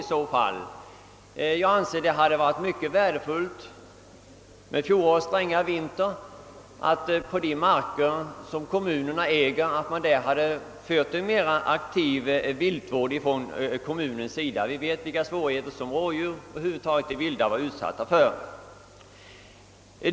Under den senaste stränga vintern hade det varit mycket värdefullt om kommunerna på kommunalägd mark hade vidtagit mera aktiva åtgärder för viltvården. Vi vet vilka svårigheter rådjuren och över huvud taget allt vilt hade.